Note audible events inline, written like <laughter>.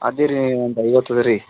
ಅದೇ ರೀ ಒಂದು ಐವತ್ತು <unintelligible>